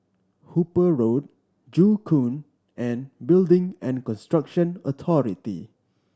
Hooper Road Joo Koon and Building and Construction Authority